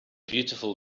beautiful